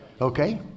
okay